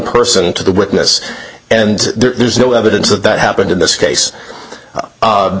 person to the witness and there's no evidence of that happened in this case